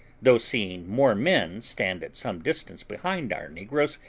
though seeing more men stand at some distance behind our negroes,